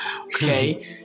okay